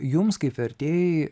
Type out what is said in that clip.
jums kaip vertėjai